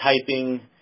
typing